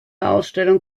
ausstellung